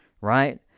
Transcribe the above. Right